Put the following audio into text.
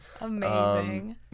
Amazing